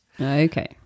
Okay